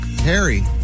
Harry